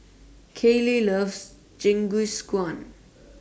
Kaley loves Jingisukan